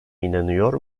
inanıyor